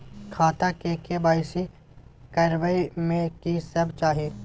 खाता के के.वाई.सी करबै में की सब चाही?